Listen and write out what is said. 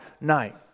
night